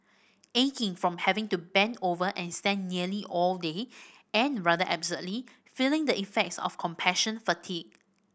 aching from having to bend over and stand nearly all day and rather absurdly feeling the effects of compassion fatigue